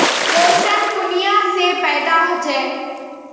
पोषण कुनियाँ से पैदा होचे?